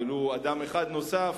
ולו אדם אחד נוסף,